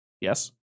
Yes